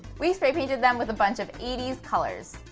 we spray painted them with a bunch of eighty s colors.